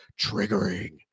triggering